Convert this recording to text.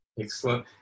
Excellent